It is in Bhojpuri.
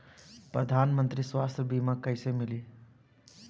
प्रधानमंत्री स्वास्थ्य बीमा कइसे मिली?